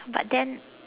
but then